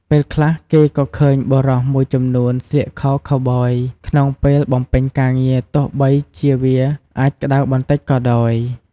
ពេលខ្លះគេក៏ឃើញបុរសមួយចំនួនស្លៀកខោខូវប៊យក្នុងពេលបំពេញការងារទោះបីជាវាអាចក្តៅបន្តិចក៏ដោយ។